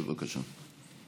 בבקשה.